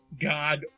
God